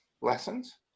lessons